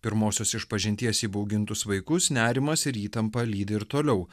pirmosios išpažinties įbaugintus vaikus nerimas ir įtampa lydi ir toliau